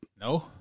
No